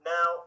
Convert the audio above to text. Now